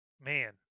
Man